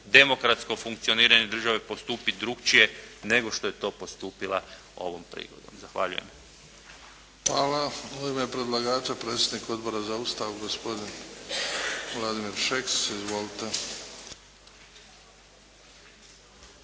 demokratsko funkcioniranje države, postupiti drukčije nego što je to postupila ovom prigodom. Zahvaljujem. **Bebić, Luka (HDZ)** Hvala. U ime predlagača, predsjednik Odbora za Ustav, gospodin Vladimir Šeks. Izvolite.